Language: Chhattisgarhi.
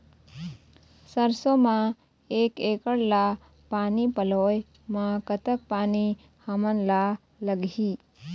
सरसों म एक एकड़ ला पानी पलोए म कतक पानी हमन ला लगही?